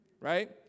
right